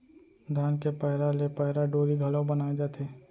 धान के पैरा ले पैरा डोरी घलौ बनाए जाथे